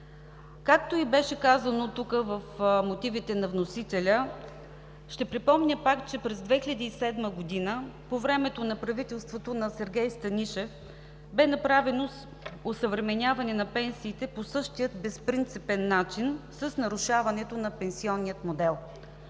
както беше казано тук в мотивите на вносителя. Ще припомня пак, че през 2007 г. – по времето на правителството на Сергей Станишев, бе направено осъвременяване на пенсиите по същия безпринципен начин с нарушаването на пенсионния модел.